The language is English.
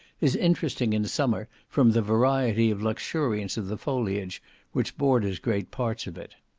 is interesting in summer from the variety of luxuriance of the foliage which borders great parts of it.